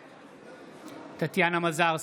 בעד טטיאנה מזרסקי,